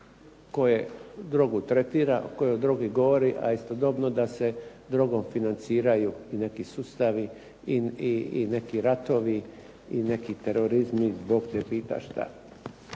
koje drogu tretira, koji o drogi govori, a istodobno da se drogo financiraju i neki sustavi i neki ratovi i neki terorizmi, bog te pita šta.